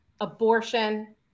Abortion